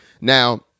Now